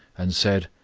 and said,